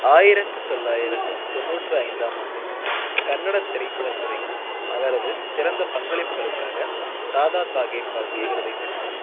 ஆயிரத்து தொள்ளாயிரத்து தொண்ணூற்று ஐந்தாம் ஆண்டில் கன்னட திரைப்படத் துறையில் அவரது சிறந்த பங்களிப்புகளுக்காக தாதா சாகேப் பால்கே விருதை பெற்றார்